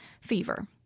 fever